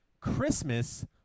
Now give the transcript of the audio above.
Christmas